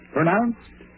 Pronounced